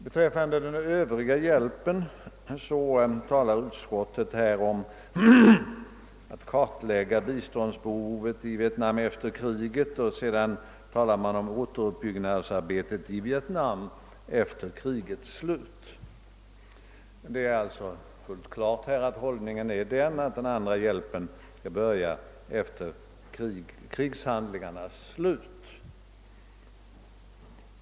Beträffande övrig hjälp talar utskottet om en kartläggning av biståndsbehovet efter kriget och det talas även om återuppbyggnadsarbetet i Vietnam »efter krigets slut». Fullt klart är alltså att enligt utskottet återuppbyggnadshjälpen skall börja efter krigshandlingarnas slut.